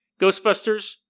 Ghostbusters